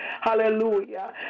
Hallelujah